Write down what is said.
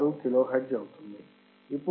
026 kilohertz అవుతుంది